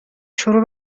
شروع